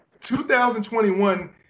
2021